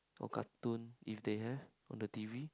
or cartoon if they have on the T_V